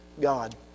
God